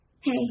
Hey